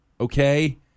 okay